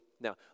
Now